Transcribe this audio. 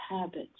habits